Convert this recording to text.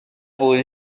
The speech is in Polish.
bój